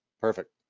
perfect